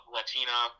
Latina